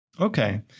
Okay